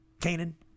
Canaan